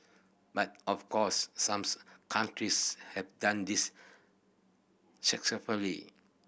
but of course some countries have done this successfully